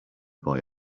boy